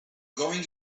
going